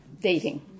dating